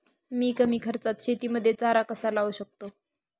मी कमी खर्चात शेतीमध्ये चारा कसा लावू शकतो?